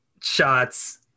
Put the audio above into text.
shots